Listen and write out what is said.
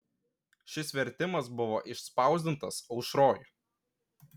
šis vertimas buvo išspausdintas aušroj